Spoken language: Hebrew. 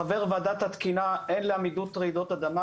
חבר ועדת התקינה הן לעמידות רעידות אדמה